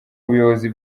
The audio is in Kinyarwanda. ubuyobozi